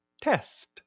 test